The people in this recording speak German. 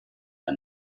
der